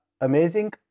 amazing